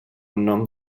nom